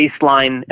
baseline